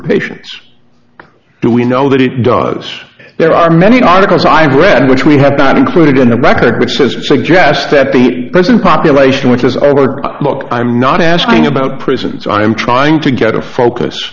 patients do we know that it does there are many articles i read which we have not included in the record which says suggests that the prison population which is look i'm not asking about prisons i'm trying to get a focus